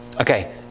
Okay